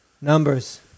Numbers